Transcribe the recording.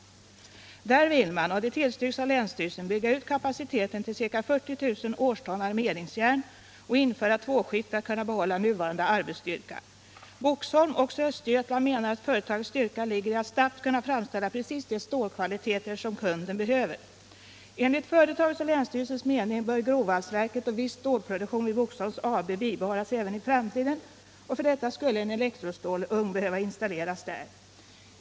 Vid Qvarnshammars Jernbruk vill man — och det tillstyrks av länsstyrelsen — bygga ut kapaciteten till 40 000 årston armeringsjärn och införa tvåskift för att kunna behålla nuvarande arbetsstyrka. Boxholm, också i Östergötland, menar att företagets styrka ligger i att snabbt kunna framställa precis de stålkvaliteter som kunden behöver. Enligt företagets och länsstyrelsens mening bör grovvalsverket och viss stålproduktion vid Boxholms AB bibehållas även i framtiden, och för detta skulle en elektrostålugn behöva installeras där.